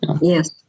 Yes